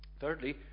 Thirdly